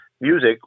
music